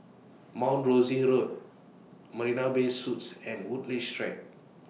Mount Rosie Road Marina Bay Suites and Woodleigh She Track